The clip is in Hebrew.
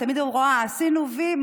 אני תמיד רואה, עשינו וי.